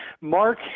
Mark